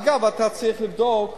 אגב, אתה צריך לבדוק